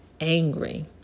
angry